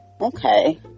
Okay